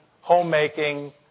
homemaking